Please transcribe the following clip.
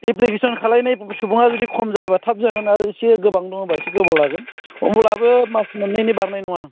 application खालायनाय सुबुंआ जुदि खम जायोबा थाब जागोन आरो एसे गोबां दङबा एसे गोबाव लागोन अब्लाबो मास मोननैनि बारनाय नङा